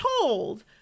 told